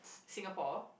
Singapore